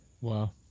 Wow